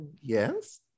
Yes